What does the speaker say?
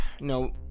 no